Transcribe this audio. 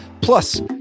Plus